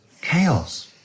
Chaos